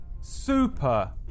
super